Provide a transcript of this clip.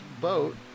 boat